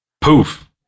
Poof